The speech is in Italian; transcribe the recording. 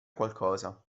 qualcosa